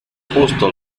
justo